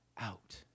out